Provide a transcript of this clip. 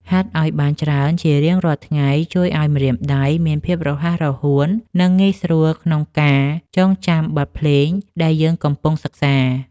ហាត់ឱ្យបានច្រើនជារៀងរាល់ថ្ងៃជួយឱ្យម្រាមដៃមានភាពរហ័សរហួន និងងាយស្រួលក្នុងការចងចាំបទភ្លេងដែលយើងកំពុងសិក្សា។